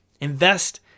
Invest